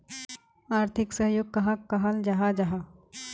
आर्थिक सहयोग कहाक कहाल जाहा जाहा?